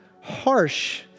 harsh